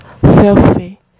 filthy